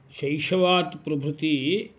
शैशवात् प्रभृति